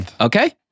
Okay